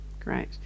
Great